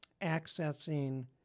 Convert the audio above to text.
accessing